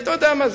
אתה יודע מה,